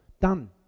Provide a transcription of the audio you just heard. done